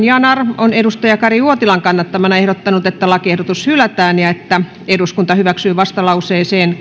yanar on kari uotilan kannattamana ehdottanut että lakiehdotus hylätään ja että eduskunta hyväksyy vastalauseen